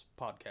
podcast